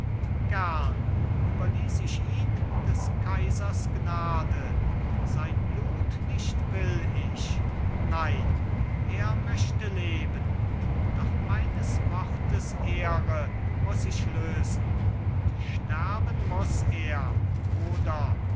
überließ ich ihn des kaisers gnade sein blut nicht will ich nein er möchte leben doch meines wortes ehre muß ich lösen und sterben muß er oder